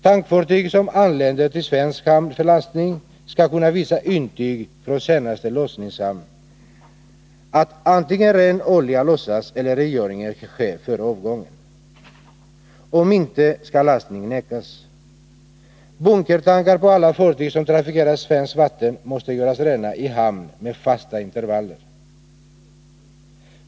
Tankfartyg som anländer till svensk hamn för lastning skall kunna visa intyg från senaste lossningshamn om att antingen ren olja har lossats eller rengöring skett före avgången. Om så inte har skett skall lastning nekas. Bunkertankar på alla fartyg som trafikerar svenskt vatten måste göras rena i hamn med fasta intervaller.